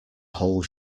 whole